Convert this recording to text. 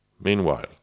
Meanwhile